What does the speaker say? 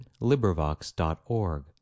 LibriVox.org